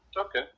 Okay